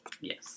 Yes